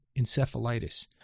encephalitis